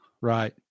Right